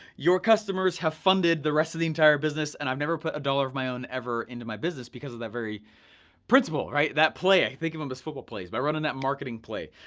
your customers have funded the rest of the entire business. and i've never put a dollar of my own, ever, into my business because of that very principle, that play. i think of them as football plays, by running that marketing play.